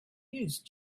use